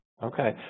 Okay